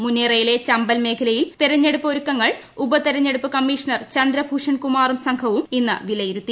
മുറേനയിലെ ചമ്പൽ ക്മേച്ചലയിൽ തെരഞ്ഞെടുപ്പ് ഒരുക്കങ്ങൾ ഉപതെരഞ്ഞെടുപ്പ് കിമ്മ്യൂഷ്ണർ ചന്ദ്രഭൂഷൺ കുമാറും സംഘവും ഇന്ന് വിലയിരുത്തി